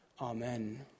Amen